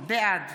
בעד